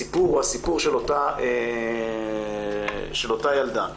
הסיפור הוא הסיפור של אותה ילדה.